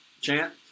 chant